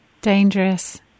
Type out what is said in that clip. dangerous